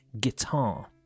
guitar